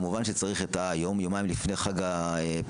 כמובן שצריך את היום-יומיים לפני חג הפסח,